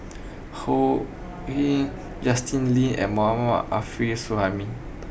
So Heng Justin Lean and Mohammad Arif Suhaimi